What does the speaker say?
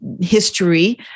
history